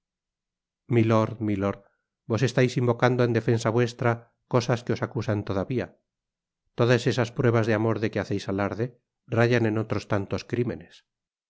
milord milord vos estais invocando en defensa vuestra cosas que os acusan todavía todas esas pruebas de amor de que haceis alarde rayan en otros tantos crímenes